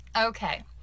Okay